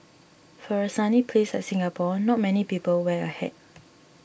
for a sunny place like Singapore not many people wear a hat